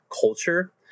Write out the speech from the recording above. culture